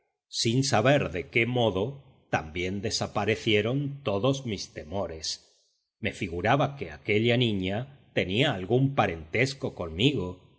sin saber de qué modo también desaparecieron todos mis temores me figuraba que aquella niña tenía algún parentesco conmigo